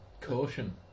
Caution